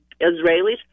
Israelis